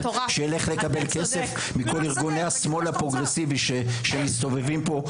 שילך לקבל כסף מכל ארגוני השמאל הפרוגרסיבי שמסתובבים פה,